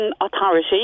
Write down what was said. authority